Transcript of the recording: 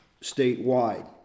statewide